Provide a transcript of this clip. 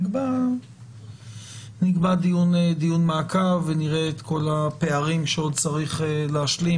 נקבע דיון מעקב ונראה את כל הפערים שעוד צריך להשלים,